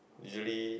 usually